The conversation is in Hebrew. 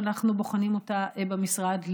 שאנחנו בוחנים אותה במשרד,